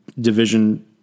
division